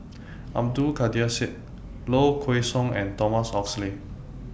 Abdul Kadir Syed Low Kway Song and Thomas Oxley